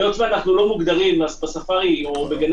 היות ואנחנו לא מוגדרים בספארי או בגני